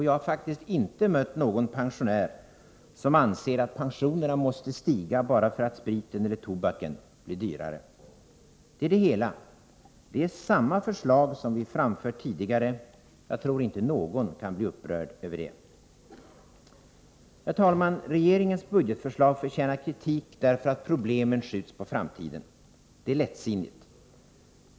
Jag har faktiskt inte mött någon pensionär som anser att pensionerna måste stiga bara för att spriten eller tobaken blir dyrare. Detta är det hela! Det är samma förslag som vi framfört tidigare, och jag tror inte att någon kan bli upprörd över det. Herr talman! Regeringens budgetförslag förtjänar kritik därför att problemen skjuts på framtiden. Det är lättsinnigt.